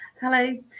Hello